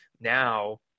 Now